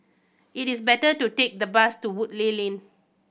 it is better to take the bus to Woodleigh Lane